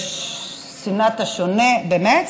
ושנאת השונה, באמת?